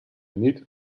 niet